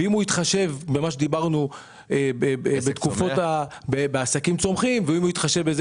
ואם הוא יתחשב במה שדיברנו בעסקים צומחים ואם הוא יתחשב בכך